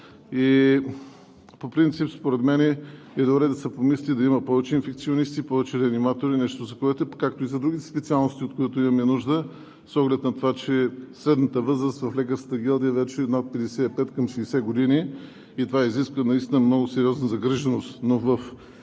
По принцип според мен е време да се помисли да има повече инфекционисти, повече реаниматори, както и за другите специалности, от които имаме нужда с оглед на това, че средната възраст в лекарската гилдия вече е над 55, към 60 години. Това изисква наистина много сериозна загриженост. Но в